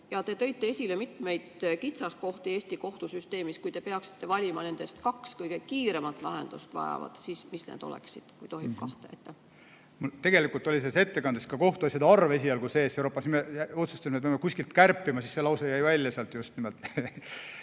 Te tõite esile mitmeid kitsaskohti Eesti kohtusüsteemis. Kui te peaksite valima nendest kaks kõige kiiremat lahendust vajavat, siis mis need oleksid, kui tohib küsida kahte? Tegelikult oli selles ettekandes kohtuasjade arv ka sees, aga siis me otsustasime, et peame kuskilt kärpima, ja see lause jäi välja. Selle